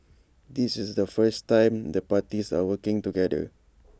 this is the first time the parties are working together